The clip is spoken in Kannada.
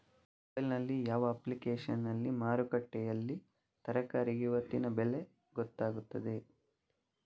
ಮೊಬೈಲ್ ನಲ್ಲಿ ಯಾವ ಅಪ್ಲಿಕೇಶನ್ನಲ್ಲಿ ಮಾರುಕಟ್ಟೆಯಲ್ಲಿ ತರಕಾರಿಗೆ ಇವತ್ತಿನ ಬೆಲೆ ಗೊತ್ತಾಗುತ್ತದೆ?